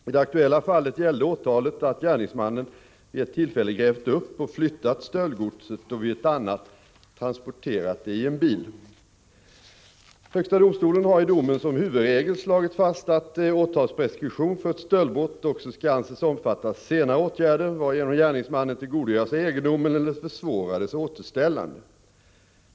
I det aktuella fallet gällde åtalet att gärningsmannen vid ett tillfälle grävt upp och flyttat stöldgodset och vid ett annat transporterat det i bil. Högsta domstolen har i domen som huvudregel slagit fast att åtalspreskription för ett stöldbrott också skall anses omfatta senare åtgärder, varigenom gärningsmannen tillgodogör sig egendomen eller försvårar dess återställande.